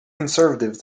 conservative